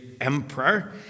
emperor